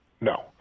No